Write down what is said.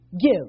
give